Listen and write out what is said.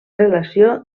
relació